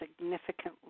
significantly